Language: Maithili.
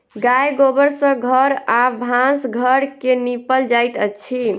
गाय गोबर सँ घर आ भानस घर के निपल जाइत अछि